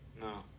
No